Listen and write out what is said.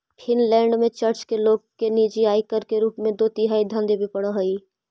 Finland में church के लोग के निजी आयकर के रूप में दो तिहाई धन देवे पड़ऽ हई